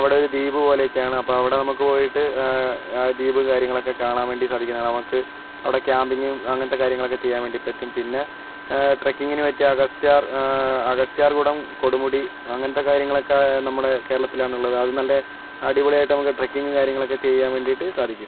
അവിടെ ഒരു ദ്വീപ് പോലെയൊക്കെയാണ് അപ്പോൾ അവിടെ നമുക്ക് പോയിട്ട് ആ ദ്വീപ് കാര്യങ്ങളൊക്കെ കാണാൻ വേണ്ടി സാധിക്കുന്നതാണ് നമുക്ക് അവിടെ ക്യാമ്പിങ്ങും അങ്ങനത്തെ കാര്യങ്ങളൊക്കെ ചെയ്യാൻ വേണ്ടി പറ്റും പിന്നെ ട്രക്കിങ്ങിനു പറ്റിയ അഗസ്ത്യാർ അഗസ്ത്യാർകൂടം കൊടുമുടി അങ്ങനത്തെ കാര്യങ്ങളൊക്കെ നമ്മുടെ കേരളത്തിലാണുള്ളത് അത് നല്ല അടിപൊളിയായിട്ട് നമുക്ക് ട്രക്കിംഗ് കാര്യങ്ങളൊക്കെ ചെയ്യാൻ വേണ്ടിയിട്ട് സാധിക്കും